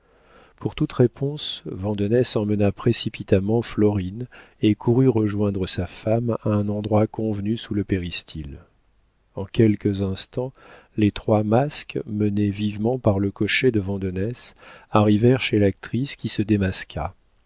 pour toute réponse vandenesse emmena précipitamment florine et courut rejoindre sa femme à un endroit convenu sous le péristyle en quelques instants les trois masques menés vivement par le cocher de vandenesse arrivèrent chez l'actrice qui se démasqua